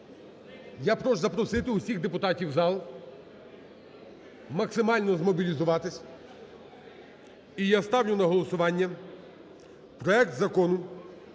Я прошу запросити усіх депутатів у зал, максимально змобілізуватися. І я ставлю на голосування проект Закону